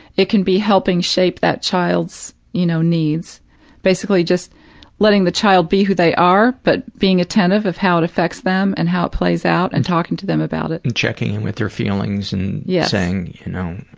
it can be helping shape that child's, you know, needs basically just letting the child be who they are, but being attentive of how it affects them and how it plays out and talking to them about it. and checking in with their feelings and yeah saying, you know